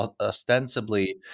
Ostensibly